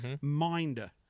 Minder